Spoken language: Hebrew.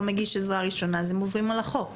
מגיש עזרה ראשונה אז הם עוברים על החוק.